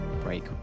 break